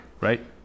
right